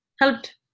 helped